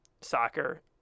soccer